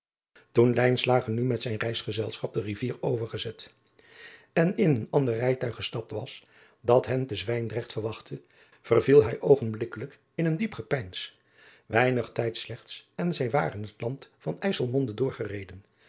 oen nu met zijn reisgezelschap de rivier overgezet en in een ander rijtuig gestapt was dat hen te wijndrecht verwachtte verviel hij oogenblikkelijk in een diep gepeins einig tijds slechts en zij waren het land van sselmonde doorgereden